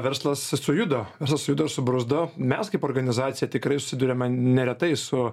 verslas sujudo versas sujudo subruzdo mes kaip organizacija tikrai susiduriame neretai su